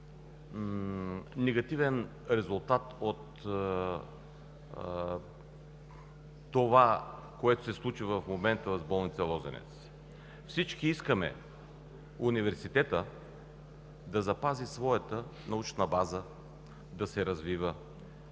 негативен резултат от това, което се случи с болница „Лозенец“. Всички искаме Университетът да запази своята научна база, да се развива.